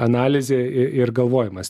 analizė i ir galvojimas